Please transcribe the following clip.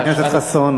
חבר הכנסת חסון,